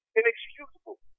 inexcusable